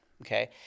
okay